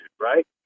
right